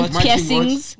piercings